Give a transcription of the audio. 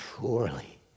surely